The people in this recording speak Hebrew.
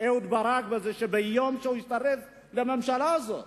שאהוד ברק הצטרף לממשלה הזאת,